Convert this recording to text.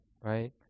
right